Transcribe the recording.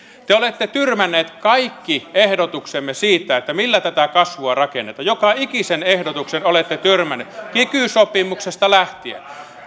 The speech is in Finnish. te olette tyrmänneet kaikki ehdotuksemme siitä millä tätä kasvua rakennetaan joka ikisen ehdotuksen olette tyrmänneet kiky sopimuksesta lähtien